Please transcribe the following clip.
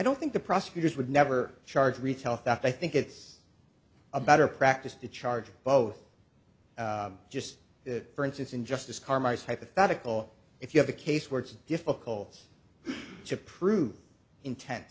don't think the prosecutors would never charge retail theft i think it's a better practice to charge both just that for instance in justice karmas hypothetical if you have a case where it's difficult to prove intent